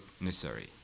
necessary